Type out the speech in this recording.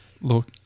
Look